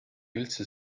üldse